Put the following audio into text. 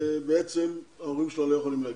בעצם ההורים שלה לא יכולים להגיע.